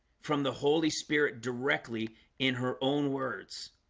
from the holy spirit directly in her own words